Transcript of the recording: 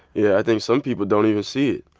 yeah, i think some people don't even see it.